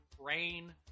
Rain